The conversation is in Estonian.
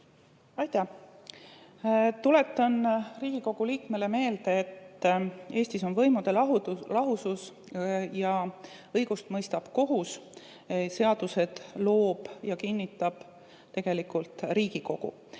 Aitäh! Tuletan Riigikogu liikmele meelde, et Eestis on võimude lahusus ja õigust mõistab kohus. Seadusi loob ja kinnitab tegelikult Riigikogu.